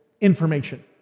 information